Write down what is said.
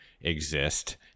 exist